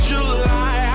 July